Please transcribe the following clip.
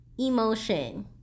emotion